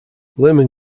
lehmann